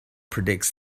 predicts